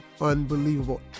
unbelievable